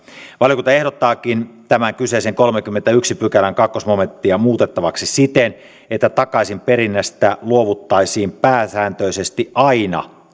valiokunta ehdottaakin tämän kyseisen kolmannenkymmenennenensimmäisen pykälän toinen momenttia muutettavaksi siten että takaisinperinnästä luovuttaisiin pääsääntöisesti aina